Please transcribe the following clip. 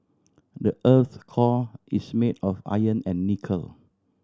the earth's core is made of iron and nickel